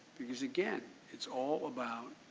because again, it's all about